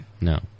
No